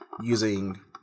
using